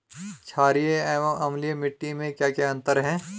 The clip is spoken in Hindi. छारीय एवं अम्लीय मिट्टी में क्या क्या अंतर हैं?